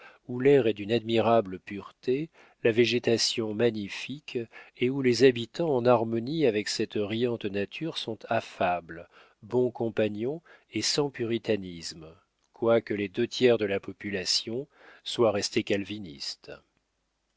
où l'air est d'une admirable pureté la végétation magnifique et où les habitants en harmonie avec cette riante nature sont affables bons compagnons et sans puritanisme quoique les deux tiers de la population soient restés calvinistes